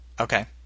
Okay